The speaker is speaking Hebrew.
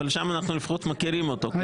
אבל שם אנחנו לפחות מכירים אותו,